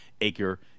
acre